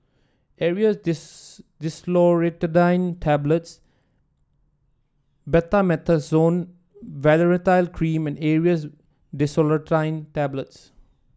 Aerius DesloratadineTablets Betamethasone Valerate Cream and Aerius DesloratadineTablets